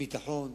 ביטחון.